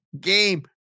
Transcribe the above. game